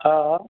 हा हा